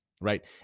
right